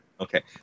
okay